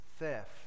Theft